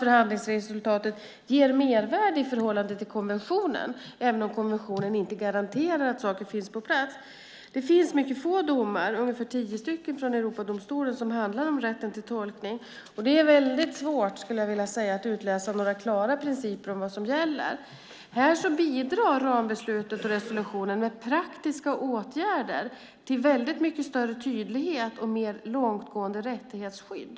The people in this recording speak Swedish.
Förhandlingsresultatet ger mervärde i förhållande till konventionen, även om konventionen inte garanterar att saker finns på plats. Det finns få domar, ungefär tio från Europadomstolen, som handlar om rätten till tolkning. Det är svårt att utläsa några klara principer om vad som gäller. Här bidrar rambeslutet och resolutionen med praktiska åtgärder till större tydlighet och mer långtgående rättighetsskydd.